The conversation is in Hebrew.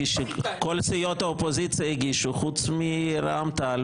שכל סיעות האופוזיציה הגישו חוץ מרע"מ תע"ל